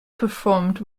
performed